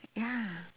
ya